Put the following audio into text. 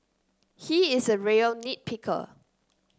he is a real nit picker